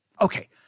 Okay